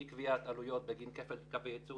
אי קביעת עלויות בגין כפל קווי ייצור,